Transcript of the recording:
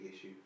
issue